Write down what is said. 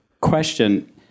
question